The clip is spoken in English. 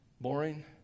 boring